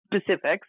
specifics